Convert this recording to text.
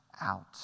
out